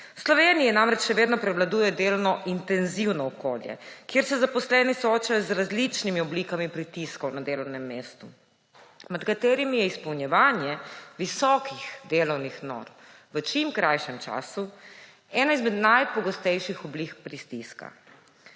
Sloveniji namreč še vedno prevladuje delno intenzivno okolje, kjer se zaposleni soočajo z različnimi oblikami pritiskov na delovnem mestu, med katerimi je izpolnjevanje visokih delovnih norm v čim krajšem času ena izmed najpogostejših oblik pritiska.